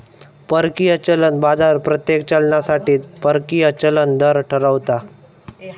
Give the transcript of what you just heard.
परकीय चलन बाजार प्रत्येक चलनासाठी परकीय चलन दर ठरवता